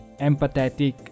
empathetic